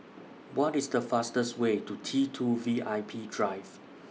What IS The fastest Way to T two V I P Drive